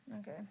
Okay